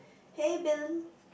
hey Bill